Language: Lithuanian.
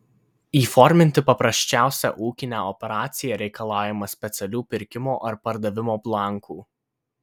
įforminti paprasčiausią ūkinę operaciją reikalaujama specialių pirkimo ar pardavimo blankų